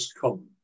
come